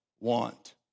want